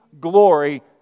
glory